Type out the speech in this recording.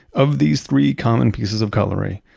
of these three common pieces of cutlery,